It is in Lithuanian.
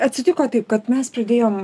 atsitiko taip kad mes pradėjom